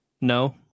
No